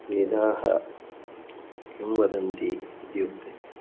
वेदाः किं वदन्ति इत्युक्ते